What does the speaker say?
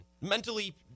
Mentally